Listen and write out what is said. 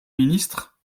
ministre